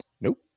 nope